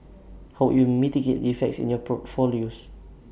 how would you mitigate effects in your portfolios